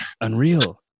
unreal